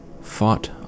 fought